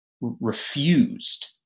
refused